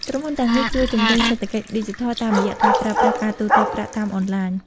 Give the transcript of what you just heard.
ក្រុមហ៊ុនទាំងនេះជួយជំរុញសេដ្ឋកិច្ចឌីជីថល តាមរយៈការប្រើប្រាស់ការទូទាត់ប្រាក់តាមអនឡាញ។